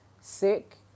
sick